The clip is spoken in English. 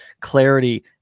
clarity